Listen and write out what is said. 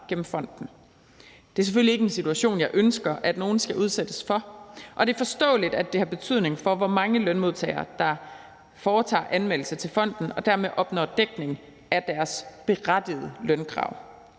gennem fonden. Det er selvfølgelig ikke en situation, jeg ønsker at nogen skal udsættes for, og det er forståeligt, at det har en betydning for, hvor mange lønmodtagere der foretager anmeldelser til fonden og dermed opnår dækning af deres berettigede lønkrav.